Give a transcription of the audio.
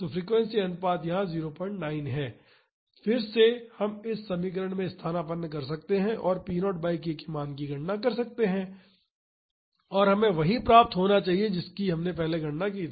तो फ्रीक्वेंसी अनुपात यहां 09 है फिर से हम इस समीकरण में स्थानापन्न कर सकते हैं और p0 बाई k के मान की गणना कर सकते हैं और हमें वही प्राप्त होना चाहिए जिसकी हमने पहले गणना की था